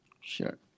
Sure